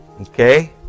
okay